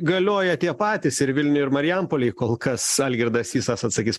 galioja tie patys ir vilniuj ir marijampolėj kol kas algirdas sysas atsakys